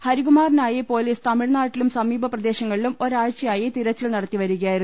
ഹരികുമാറിനായി police തമിഴ്നാട്ടിലും സമീപ പ്രദേശങ്ങളിലും ഒരാഴ്ചയായി തിരച്ചിൽ നടത്തി വരികയായിരുന്നു